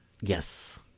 Yes